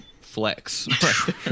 flex